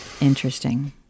interesting